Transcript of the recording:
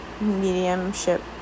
mediumship